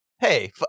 hey